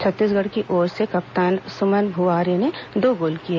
छत्तीसगढ़ की ओर से कप्तान सुमन भूआर्य ने दो गोल किए